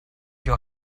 your